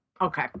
Okay